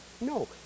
No